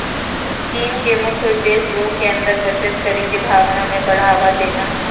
scheme के मुख्य उद्देश्य लोग के अंदर बचत करे के भावना के बढ़ावा देना हइ